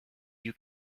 you